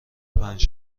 پنج